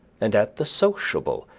and at the sociable,